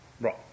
Right